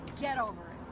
get over